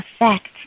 effect